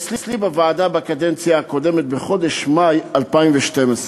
בקדנציה הקודמת, בחודש מאי 2012,